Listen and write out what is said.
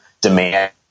demand